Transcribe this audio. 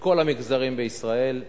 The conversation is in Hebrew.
מכל המגזרים בישראל.